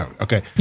Okay